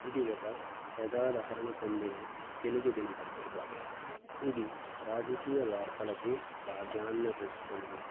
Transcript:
ఇది ఒక ప్రజాదారణ పొందిన తెలుగు దినపత్రిక ఇది రాజకీయ వార్తలకు ప్రాధ్యాన్యతస్తుంది